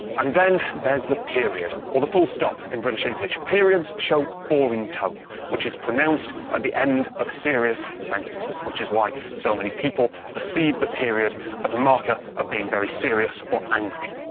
and then there's the period, or the full stop in british english. periods show falling tone. which is pronounced at the end of serious sentences. which is why so many people perceive the period as a marker of being very serious, or angry.